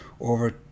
over